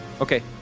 Okay